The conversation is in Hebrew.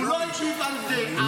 הוא לא הגיב על זה.